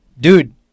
dude